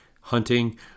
hunting